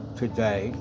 today